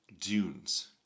dunes